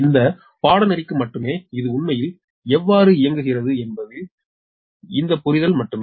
இந்த பாடநெறிக்கு மட்டுமே இது உண்மையில் எவ்வாறு இயங்குகிறது என்பது இந்த புரிதல் மட்டுமே